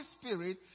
Spirit